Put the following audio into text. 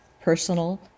personal